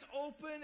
open